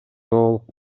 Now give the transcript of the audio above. толук